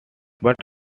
but